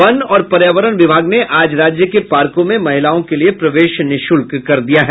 one और पर्यावरण विभाग ने आज राज्य के पार्कों में महिलाओं के लिये प्रवेश निःशुल्क कर दिया है